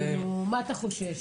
מה אתה חושש,